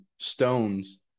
stones